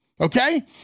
Okay